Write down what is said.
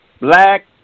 Black